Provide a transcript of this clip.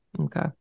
okay